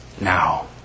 Now